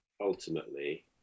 ultimately